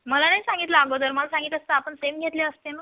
मला नाही सांगितलं अगोदर मला सांगितलं असतं तर आपण सेम घेतले असते नं